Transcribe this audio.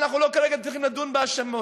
אנחנו לא צריכים לדון כרגע בהאשמות,